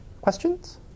Questions